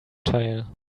tile